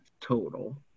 total